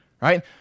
right